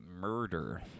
Murder